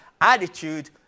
attitude